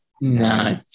No